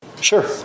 Sure